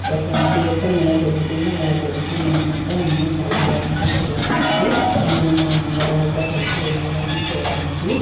ఒక తీర్థం ఎలా జరుగుతుందో అలా జరుగుతుందనమాట అన్నీ చాలా బాగుంటాయి చూట్టానికి నేను మా అన్నయ్య వాళ్ళతో కలిసి వెళ్లేదాన్ని చూట్టానికి